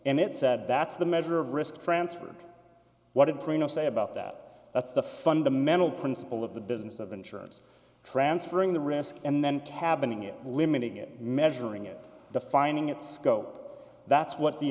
and it said that's the measure of risk transfer what it perino say about that that's the fundamental principle of the business of insurance transferring the risk and then cabin ing it limiting it measuring it defining it scope that's what the